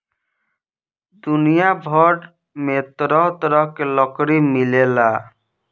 दुनिया भर में तरह तरह के लकड़ी मिलेला